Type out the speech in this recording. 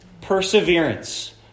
Perseverance